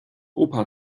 opa